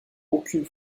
aucune